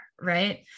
right